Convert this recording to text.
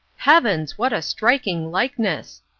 heavens! what a striking likeness!